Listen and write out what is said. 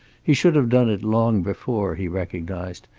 he should have done it long before, he recognized,